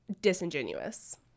disingenuous